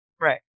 Right